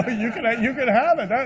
but you can like you can have it,